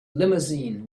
limousine